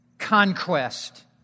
conquest